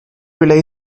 relay